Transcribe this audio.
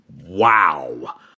wow